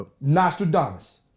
Nostradamus